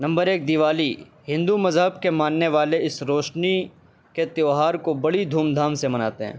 number ایک دیوالی ہندو مذہب کے ماننے والے اس روشنی کے تہوار کو بڑی دھوم دھام سے مناتے ہیں